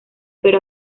pero